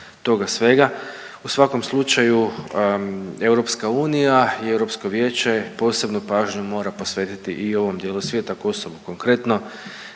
U svakom slučaju, EU i EV posebnu pažnju mora posvetiti i ovom dijelu svijeta, Kosovu konkretno.